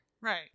Right